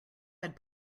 had